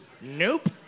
Nope